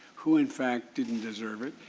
who in fact didn't deserve it,